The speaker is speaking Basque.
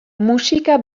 musika